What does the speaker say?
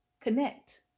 connect